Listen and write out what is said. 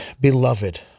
Beloved